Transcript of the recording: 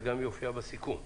וזה גם יופיע בסיכום.